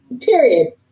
Period